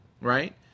right